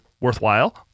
worthwhile